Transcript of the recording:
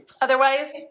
Otherwise